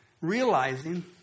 Realizing